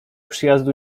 przyjazdu